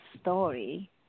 story